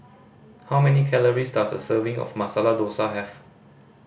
how many calories does a serving of Masala Dosa have